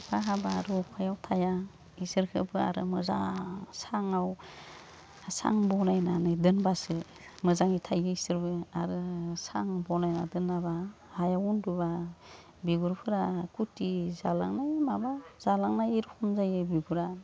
अखा हाबा आरो अखायाव थाया इसोरखौबो आरो मोजां सांआव सां बनायनानै दोनबासो मोजाङै थायो इसोरबो आरो सां बनायना दोनाबा हायाव उन्दुबा बिगुरफोरा खुथि जालांनाय माबा जालांनाय रखम जायो बिगुरा